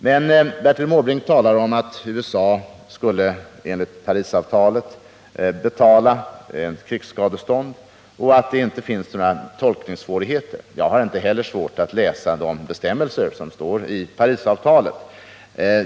Men Bertil Måbrink talar om att .USA, enligt Parisavtalet, skulle betala krigsskadestånd och att det inte finns några tolkningssvårigheter i avtalet. Jag har inte heller svårt att läsa de bestämmelser som står i Parisavtalet.